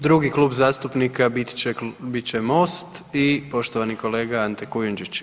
Drugi klub zastupnika bit će Most i poštovani kolega Ante Kujundžić.